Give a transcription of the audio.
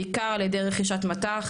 בעיקר על ידי רכישת מט"ח,